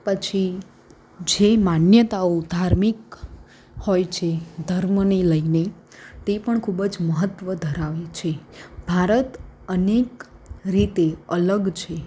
પછી જે માન્યતાઓ ધાર્મિક હોય છે ધર્મને લઈને તે પણ ખૂબ જ મહત્ત્વ ધરાવે છે ભારત અનેક રીતે અલગ છે